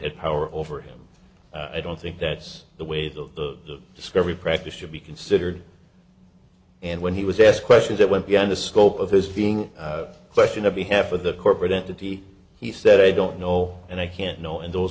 at power over him i don't think that's the way the discovery practice should be considered and when he was asked questions that went beyond the scope of his feeling question of behalf of the corporate entity he said i don't know and i can't know and those